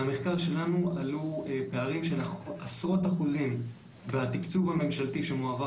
מהמחקר שלנו עלו פערים של עשרות אחוזים בתקצוב הממשלתי שמועבר